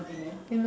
finless